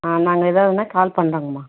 ஆ நாங்கள் ஏதாவதுனா கால் பண்ணுறோங்கம்மா